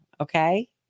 Okay